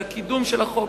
על הקידום של החוק.